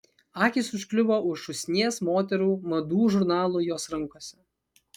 akys užkliuvo už šūsnies moterų madų žurnalų jos rankose